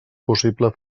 possible